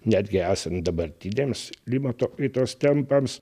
netgi esan dabartiniams klimato kaitos tempams